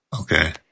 Okay